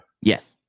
Yes